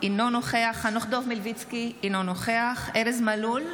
אינו נוכח חנוך דב מלביצקי, אינו נוכח ארז מלול,